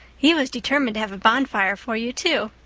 he was determined to have a bonfire for you, too.